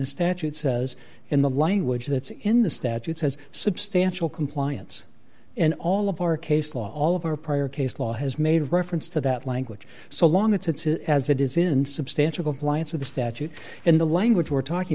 the statute says in the language that's in the statute says substantial compliance in all of our case law all of our prior case law has made reference to that language so long it's as it is in substantial compliance with the statute and the language we're talking